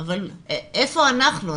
איפה אנחנו,